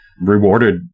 rewarded